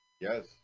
Yes